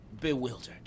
bewildered